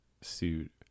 suit